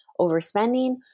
overspending